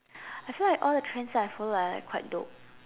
I feel like all the trends I follow are like quite dope